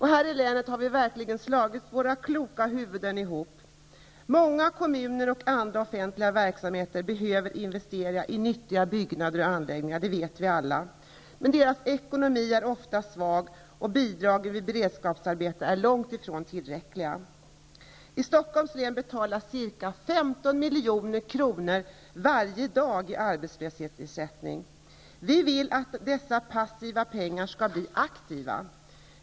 Här i länet har vi verkligen slagit våra kloka huvuden ihop. Många kommuner och andra offentliga verksamheter behöver investera i nyttiga byggnader och anläggningar. Det vet vi alla. Men deras ekonomi är ofta svag, och bidragen vid beredskapsarbete är långtifrån tillräckliga. I Stockholms län betalas ca 15 milj.kr. ut varje dag i arbetslöshetsersättning. Vi vill att dessa passiva pengar skall bli aktiva.